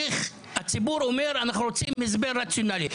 הציבור אומר, אנחנו רוצים הסבר רציונלי.